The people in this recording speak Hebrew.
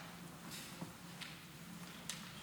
התרבות והספורט להכנתה